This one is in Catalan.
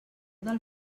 del